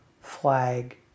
flag